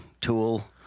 Tool